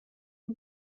are